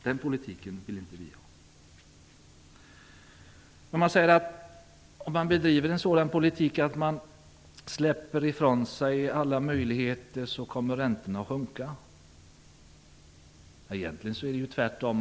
Den politiken vill inte vi ha. Man säger att med en politik där man släpper ifrån sig alla möjligheter kommer räntorna att sjunka. Egentligen är det tvärtom.